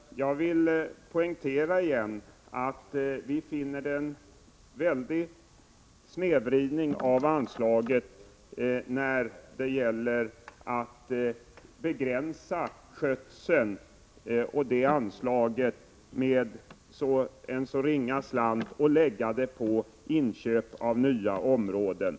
Jag vill på nytt poängtera att vi finner att anslagstilldelningen är snedvriden. Man vill lägga en så liten del på anslaget till skötseln av skogen och ett så mycket större anslag på inköp av nya områden.